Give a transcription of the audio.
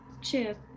chip